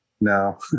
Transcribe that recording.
No